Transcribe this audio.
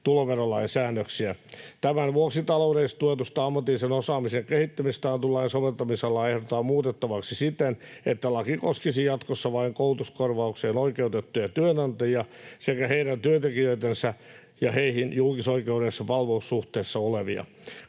tuloverolain säännöksiä. Tämän vuoksi taloudellisesti tuetusta ammatillisen osaamisen kehittämisestä annetun lain soveltamisalaa ehdotetaan muutettavaksi siten, että laki koskisi jatkossa vain koulutuskorvaukseen oikeutettuja työnantajia sekä heidän työntekijöitänsä ja heihin julkisoikeudellisessa palvelussuhteessa olevia.